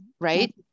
right